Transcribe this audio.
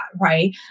right